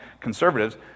conservatives